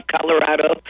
Colorado